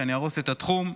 שאני אהרוס את התחום,